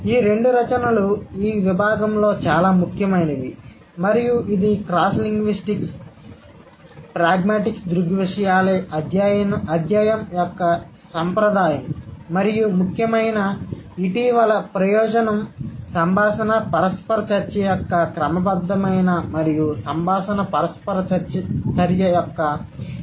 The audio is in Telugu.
ఈ రెండు రచనలు ఈ విభాగంలో చాలా ముఖ్యమైనవి మరియు ఇది క్రాస్లింగ్విస్టిక్ ప్రాగ్మాటిక్స్ దృగ్విషయాల అధ్యాయం యొక్క సంప్రదాయం మరియు ముఖ్యమైన ఇటీవలి ప్రయోజనం సంభాషణ పరస్పర చర్య యొక్క క్రమబద్ధమైన మరియు సంభాషణ పరస్పర చర్య యొక్క వివరణాత్మక పోలిక